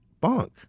bunk